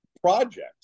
project